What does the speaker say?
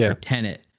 Tenant